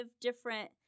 different